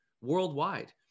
worldwide